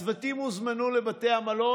הצוותים הוזמנו לבתי המלון,